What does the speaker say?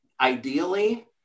ideally